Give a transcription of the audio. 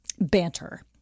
banter